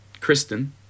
Kristen